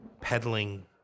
peddling